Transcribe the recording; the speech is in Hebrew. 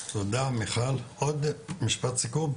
(היו"ר מופיד מרעי) תודה מיכל, עוד משפט סיכום,